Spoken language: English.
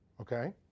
Okay